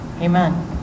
Amen